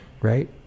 right